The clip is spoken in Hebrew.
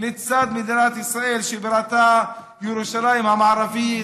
לצד מדינת ישראל שבירתה ירושלים המערבית,